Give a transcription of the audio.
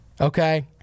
Okay